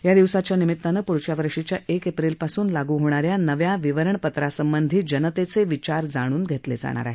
या दिवसानिमित्तानं पुढच्या वर्षीच्या एक एप्रिलपासून लागू होणाऱ्या नव्या विवरणपत्रासंबधी जनतेचे विचार जाणून घेतले जाणार आहेत